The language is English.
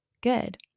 good